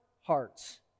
hearts